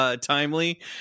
timely